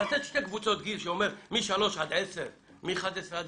אז לתת שתי קבוצות גיל משלוש עד 10 ומ-11 עד